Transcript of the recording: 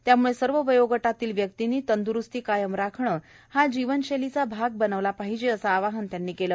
त्याम्ळे सर्व वयोगटातल्या व्यक्तिंनी तंद्रूस्ती कायम राखणं हा जीवनशैलीचा भाग बनवला पाहिजे असं आवाहन त्यांनी केलं